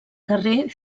carrer